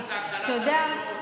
אתה יודע,